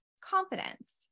confidence